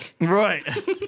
right